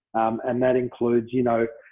and that includes, you know,